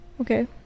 Okay